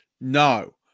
No